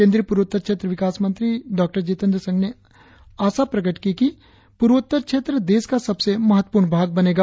केंद्रीय पूर्वोत्तर क्षेत्र विकास मंत्री डॉक्टर जितेंद्र सिंह ने आशा व्यक्त की कि पूर्वोत्तर क्षेत्र देश का सबसे महत्वपूर्ण भाग बनेगा